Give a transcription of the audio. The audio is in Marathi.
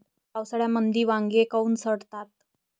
पावसाळ्यामंदी वांगे काऊन सडतात?